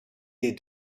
des